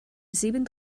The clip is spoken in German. sieben